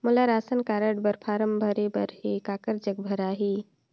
मोला ration card बर form भरे बर हे काकर जग भराही?